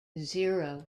zero